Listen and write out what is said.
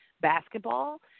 basketball